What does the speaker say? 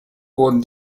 wurden